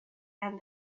and